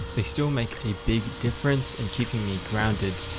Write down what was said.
they still make a big difference in keeping me grounded.